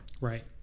Right